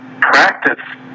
practice